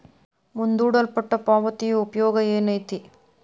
ಮುಂದೂಡಲ್ಪಟ್ಟ ಪಾವತಿಯ ಉಪಯೋಗ ಏನೈತಿ